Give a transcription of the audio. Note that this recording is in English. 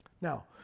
Now